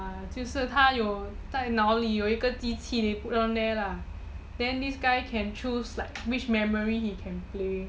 就是他有在脑里有一个机器 they put down there lah then this guy can choose which memory he can play